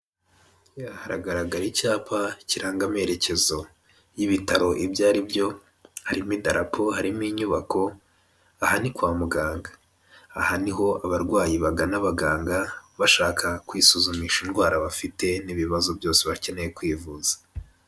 Haragaragara icyapa kiranga amerekezo y'ibitaro ibyo ari byo, harimo idarapo, harimo inyubako, aha ni kwa muganga. Aha ni ho abarwayi bagana abaganga bashaka kwisuzumisha indwara bafite n'ibibazo byose bakeneye kwivuza.